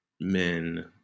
men